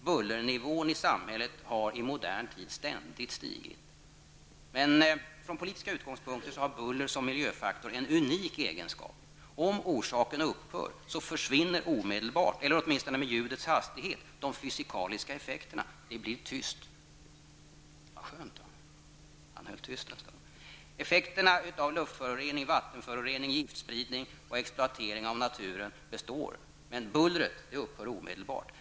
Bullernivån har ständigt stigit i samhället i modern tid. Buller har en unik egenskap som miljöfaktor från politiska utgångspunkter. Om orsakerna upphör försvinner omedelbart eller åtminstone med ljudets hastighet de fysikaliska effekterna. Det blir tyst. ''Vad skönt, han höll tyst en stund.'' Effekterna av luftföroreningar, vattenföroreningar, giftspridning och exploatering av naturen består, men bullret upphör omedelbart.